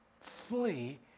flee